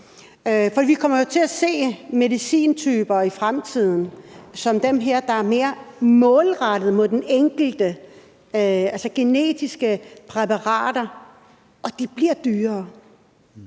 Vi kommer til at se medicintyper i fremtiden som dem her, der er mere målrettet mod den enkelte, altså genetiske præparater, og det bliver dyrere,